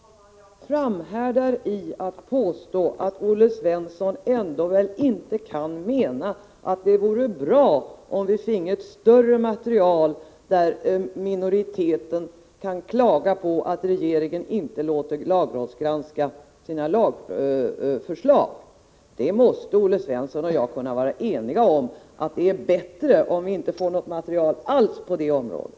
Herr talman! Jag framhärdar i att påstå att Olle Svensson inte gärna kan mena att det vore bra om vi finge ett större material där minoriteten kan klaga på att regeringen inte låter lagrådsgranska sina lagförslag. Olle Svensson och jag måste kunna vara eniga om att det är bättre om vi inte får något material alls på det området.